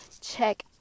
check